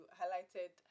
highlighted